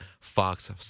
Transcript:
Fox